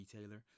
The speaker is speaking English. retailer